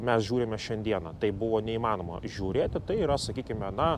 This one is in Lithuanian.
mes žiūrime šiandiena tai buvo neįmanoma žiūrėti tai yra sakykime na